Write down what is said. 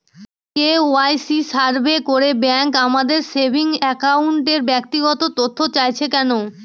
KYC survey করে bank আমাদের saving অ্যাকাউন্টের ব্যক্তিগত তথ্য চাইছে কেন?